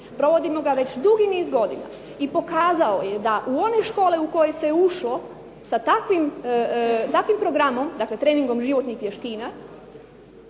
Provodimo ga već dugi niz godina i pokazao je da u one škole u koje se ušlo sa takvim programom dakle treningom životnih vještina